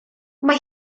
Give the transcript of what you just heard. mae